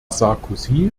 sarkozy